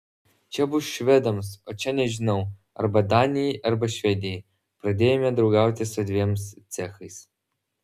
čia bus švedams o čia nežinau arba danijai arba švedijai pradėjome draugauti su dviem cechais